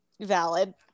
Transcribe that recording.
Valid